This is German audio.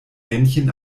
männchen